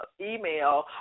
email